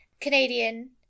Canadian